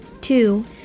Two